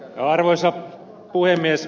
arvoisa puhemies